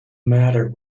matter